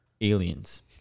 aliens